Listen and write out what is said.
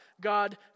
God